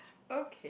okay